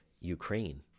Ukraine